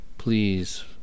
Please